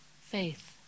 faith